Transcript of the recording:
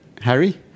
Harry